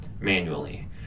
manually